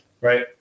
Right